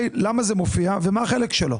למה זה מופיע ומה החלק שלו?